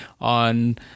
on